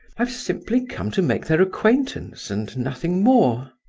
i've simply come to make their acquaintance, and nothing more.